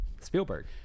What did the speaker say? Spielberg